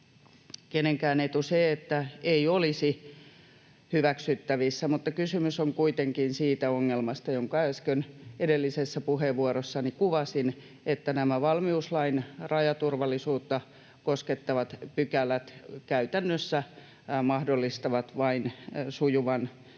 kenenkään etu se, että ei olisi hyväksyttävissä, mutta kysymys on kuitenkin siitä ongelmasta, jonka äsken edellisessä puheenvuorossani kuvasin, että nämä valmiuslain rajaturvallisuutta koskettavat pykälät käytännössä mahdollistavat vain sujuvan